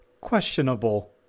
questionable